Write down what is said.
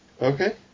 Okay